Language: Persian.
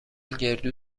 گردو